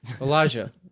Elijah